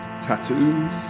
tattoos